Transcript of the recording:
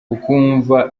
ukumva